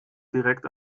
direkt